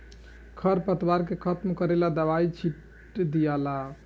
खर पतवार के खत्म करेला दवाई छिट दियाला